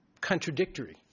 contradictory